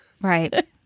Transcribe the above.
right